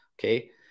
Okay